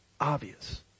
Obvious